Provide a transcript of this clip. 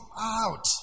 out